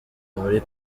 muri